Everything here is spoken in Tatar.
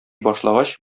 башлагач